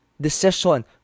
decision